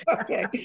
okay